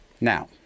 Now